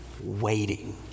waiting